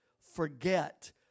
forget